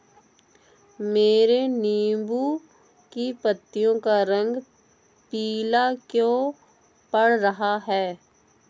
मेरे नींबू की पत्तियों का रंग पीला क्यो पड़ रहा है?